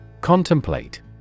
Contemplate